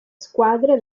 squadre